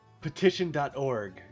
Petition.org